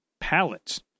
pallets